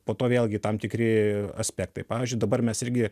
po to vėlgi tam tikri aspektai pavyzdžiui dabar mes irgi